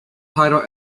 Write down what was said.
title